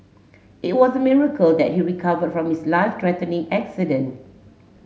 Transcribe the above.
it was a miracle that he recovered from his life threatening accident